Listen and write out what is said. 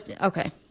okay